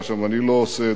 ואני לא עושה את זה רק,